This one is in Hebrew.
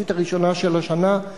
במחצית הראשונה של השנה,